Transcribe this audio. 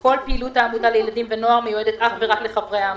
כל פעילות העמותה לילדים ונוער מיועדת אך ורק לחברי העמותה.